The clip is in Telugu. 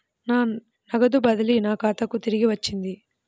నా నగదు బదిలీ నా ఖాతాకు తిరిగి వచ్చింది